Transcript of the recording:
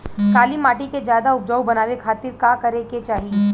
काली माटी के ज्यादा उपजाऊ बनावे खातिर का करे के चाही?